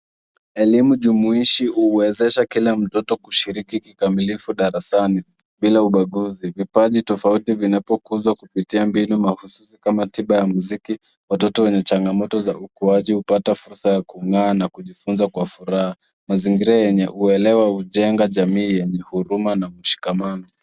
Elimu jumuishi huwezesha kila mtoto kushiriki kikamilifu darasani bila uaguzi. Vipaji tofauti vinapokuzwa kupitia mbinu mahususi kama tiba ya muziki, watoto wenye changamoto za ukuaji upata fursa ya kung'aa na kujifunza kwa furaha. Mazingira yenye uelewa hujenga jamii yenye huruma na mshikamano.